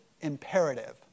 imperative